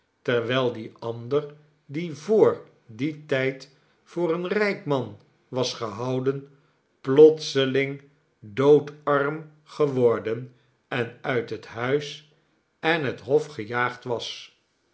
terwijl die ander die voor dien tijd voor een rijk man was gehouden plotseling doodarm geworden en uit het huis en hof gejaagd was